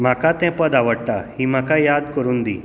म्हाका तें पद आवडटा ही म्हाका याद करून दी